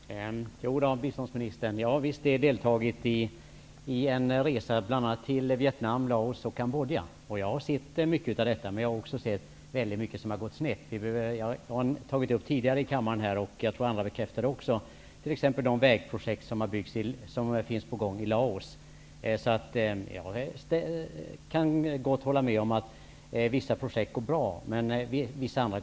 Herr talman! Jo, biståndsministern, jag har visst varit med på resor, bl.a. till Vietnam, Laos och Cambodja. Jag har sett mycket av det som nämns här. Men jag har också sett väldigt mycket som har gått snett. Jag har tidigare tagit upp den saken här i kammaren, och jag tror att också andra kan bekräfta detta. Det gäller t.ex. de vägprojekt som är på gång i Laos. Jag kan mycket väl hålla med om att vissa projekt går bra. Men vissa går sämre.